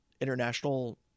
international